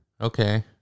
Okay